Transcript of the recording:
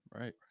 right